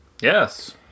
Yes